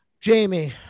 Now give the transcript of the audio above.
Jamie